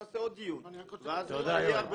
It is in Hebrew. נעשה עוד דיון ואז אולי יהיה --- תודה,